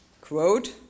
quote